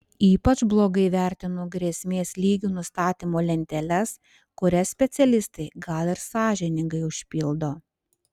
ypač blogai vertinu grėsmės lygių nustatymo lenteles kurias specialistai gal ir sąžiningai užpildo